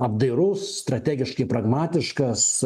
apdairus strategiškai pragmatiškas